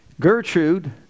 Gertrude